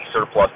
surplus